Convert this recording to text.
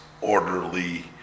orderly